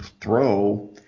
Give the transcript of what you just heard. throw